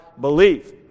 belief